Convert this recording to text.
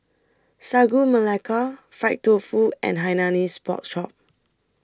Sagu Melaka Fried Tofu and Hainanese Pork Chop